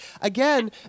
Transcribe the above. again